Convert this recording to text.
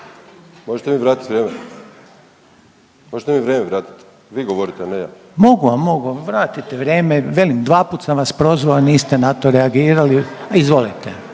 Možete mi vratit vrijeme? Možete mi vrijeme vratit? Vi govorite, ne ja. …/Upadica Reiner: Mogu vam mogu vratit vrijeme. Velim, dvaput sam vas prozvao niste na to reagirali. Izvolite./…